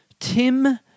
Tim